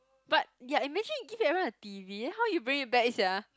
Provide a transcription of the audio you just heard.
but ya imagine give everyone a t_v then how you bring it back sia